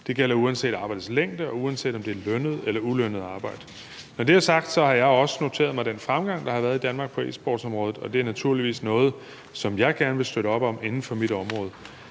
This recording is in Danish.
Det gælder uanset arbejdets længde, og uanset om det er lønnet eller ulønnet arbejde. Når det er sagt, har jeg også noteret mig den fremgang, der har været i Danmark på e-sportsområdet, og det er naturligvis noget, som jeg gerne vil støtte op om inden for mit område.